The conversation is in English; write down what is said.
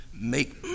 make